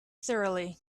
thoroughly